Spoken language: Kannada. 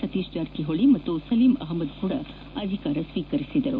ಸತೀಶ್ ಜಾರಕಿಹೊಳಿ ಹಾಗೂ ಸಲೀಂ ಅಹಮದ್ ಸಹ ಅಧಿಕಾರ ಸ್ವೀಕರಿಸಿದರು